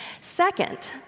Second